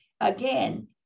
again